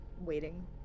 waiting